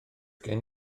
gen